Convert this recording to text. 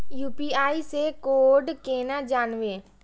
UPI से code केना जानवै?